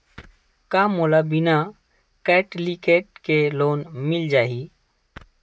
का मोला बिना कौंटलीकेट के लोन मिल जाही?